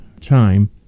time